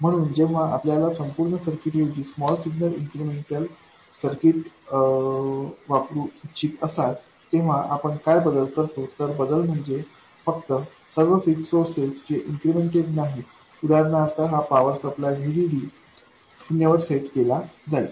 म्हणून जेव्हा आपल्याला संपूर्ण सर्किट ऐवजी small signal incremental equivalent circuit वापरू इच्छित असाल तेव्हा आपण काय बदल करतो तर बदल म्हणजे फक्त सर्व फिक्स सोर्स जे इन्क्रिमेंटेड नाहीत उदाहरणार्थ हा पावर सप्लाय VDD शून्यावर सेट केले जाईल